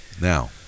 Now